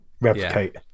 replicate